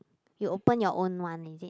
you open your own one is it